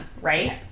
right